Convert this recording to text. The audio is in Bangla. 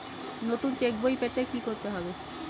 নতুন চেক বই পেতে কী করতে হবে?